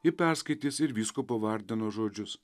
ji perskaitys ir vyskupo vardeno žodžius